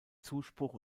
zuspruch